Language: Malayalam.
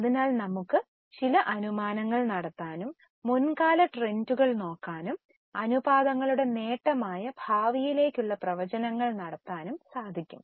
അതിനാൽ നമുക്ക് ചില അനുമാനങ്ങൾ നടത്താനും മുൻകാല ട്രെൻഡുകൾ നോക്കാനും അനുപാതങ്ങളുടെ നേട്ടമായ ഭാവിയിലേക്കുള്ള പ്രവചനങ്ങൾ നടത്താനും കഴിയും